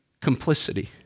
complicity